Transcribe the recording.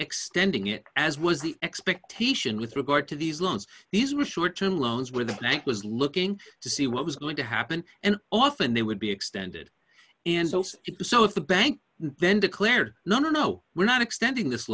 extending it as was the expectation with regard to these loans these were short term loans where the bank was looking to see what was going to happen and often they would be extended and also to do so if the bank then declared no no we're not extending this